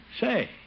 Say